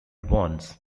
once